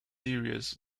series